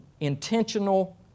intentional